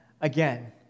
again